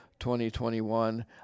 2021